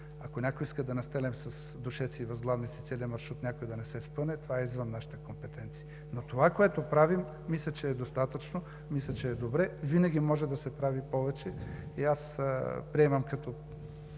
Ако някой иска да настелем с дюшеци и възглавници целия маршрут някой да не се спъне – това е извън нашата компетенция. Но това, което правим, мисля, че е достатъчно, мисля, че е добре. Винаги може да се прави повече и аз приемам като